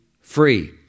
free